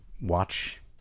watch